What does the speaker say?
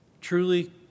Truly